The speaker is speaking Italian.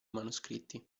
manoscritti